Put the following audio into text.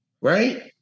Right